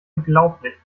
unglaublich